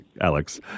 Alex